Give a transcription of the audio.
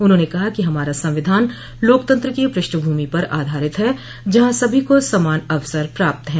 उन्होंने कहा कि हमारा संविधान लोकतंत्र की पृष्ठभ्मि पर आधारित है जहां सभी को समान अवसर प्राप्त है